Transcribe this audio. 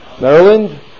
Maryland